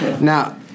Now